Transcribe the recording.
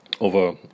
over